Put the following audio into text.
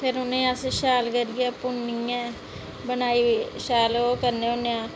फिर उ'नेंगी अस शैल करियै भुन्नियै बनाई शैल ओह् करने होन्ने आं